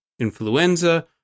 influenza